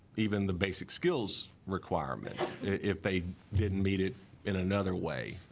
even the basic skills requirement if they didn't meet it in another way